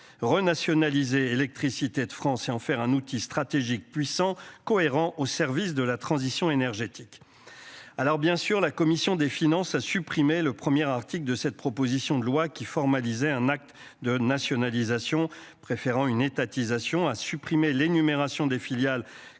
renationaliser Électricité de France et en faire un outil stratégique puissant cohérent au service de la transition énergétique. Alors bien sûr, la commission des finances à supprimer le premier article de cette proposition de loi qui formalisait un acte de nationalisation, préférant une étatisation à supprimer l'énumération des filiales